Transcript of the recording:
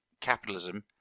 capitalism